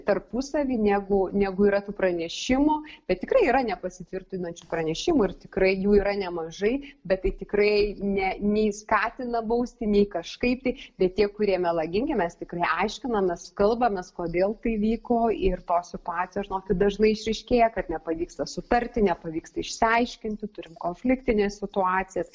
tarpusavy negu negu yra tų pranešimų bet tikrai yra nepasitvirtinančių pranešimų ir tikrai jų yra nemažai bet tai tikrai ne nei skatina bausti nei kažkaip tai tie kurie melagingi mes tikrai aiškinamės kalbamės kodėl tai vyko ir tos situacijos žinokit dažnai išryškėja kad nepavyksta sutarti nepavyksta išsiaiškinti turim konfliktines situacijas